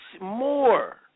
more